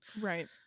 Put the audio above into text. right